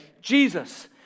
Jesus